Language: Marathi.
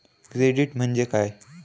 क्रेडिट म्हणजे काय?